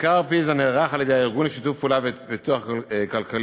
מחקר פיז"ה נערך על-ידי הארגון לשיתוף פעולה ופיתוח כלכלי,